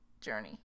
journey